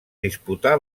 disputà